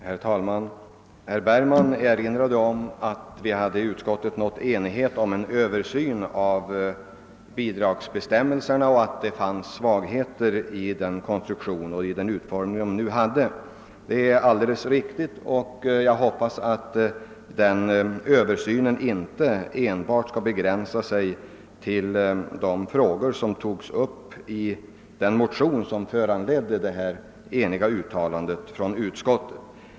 Herr talman! Herr Bergman erinrade om att vi i utskottet hade nått enighet om en översyn av bidragsbestämmelserna och om att det fanns svagheter i den konstruktion och den utformning de nu hade. Det är alldeles riktigt, och jag hoppas att den översynen inte enbart skall begränsa sig till de frågor som togs upp i den motion som föranledde detta eniga uttalande från utskottet.